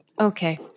Okay